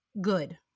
good